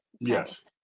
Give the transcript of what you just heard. yes